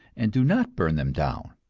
and do not burn them down.